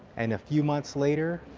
and a few months later,